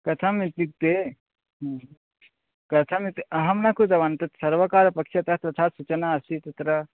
कथम् इत्युक्ते कथमिति अहं न कृतवान् तत् सर्वकारपक्षतः तथा सूचना अस्ति तत्र